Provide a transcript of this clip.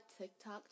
TikTok